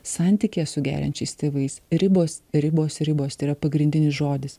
santykyje su geriančiais tėvais ribos ribos ribos tai yra pagrindinis žodis